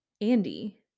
Andy